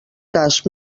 cas